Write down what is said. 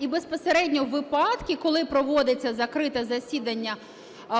і безпосередньо випадки, коли проводиться закрите засідання